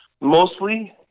mostly